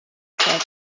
said